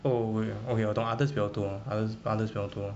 oh ya 我懂 udders 比较多 ud~ ud~ udders 比较多